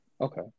Okay